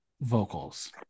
vocals